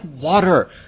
water